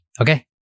Okay